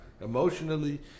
emotionally